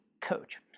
coach